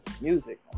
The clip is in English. music